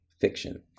fiction